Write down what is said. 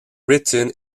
written